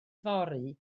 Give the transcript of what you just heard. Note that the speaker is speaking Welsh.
fory